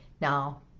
now